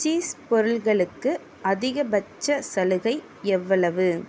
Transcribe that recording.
cheese பொருட்களுக்கு அதிகபட்ச சலுகை எவ்வளவு